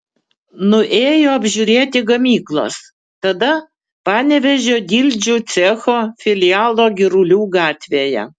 nuėjo apžiūrėti gamyklos tada panevėžio dildžių cecho filialo girulių gatvėje